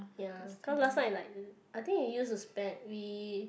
ya cause last time I like I think we used to spend we